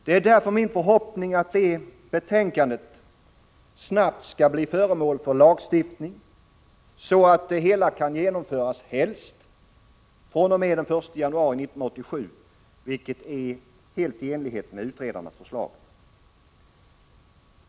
Det är därför min förhoppning att detta betänkande snabbt skall bli föremål för lagstiftning, så att det hela kan genomföras helst fr.o.m. den 1 januari 1987, vilket är helt i enlighet med utredarnas förslag.